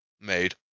made